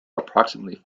approximately